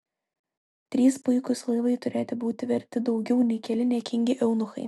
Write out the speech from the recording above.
trys puikūs laivai turėtų būti verti daugiau nei keli niekingi eunuchai